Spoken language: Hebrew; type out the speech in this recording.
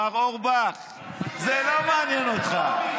מר אורבך, זה לא מעניין אותך.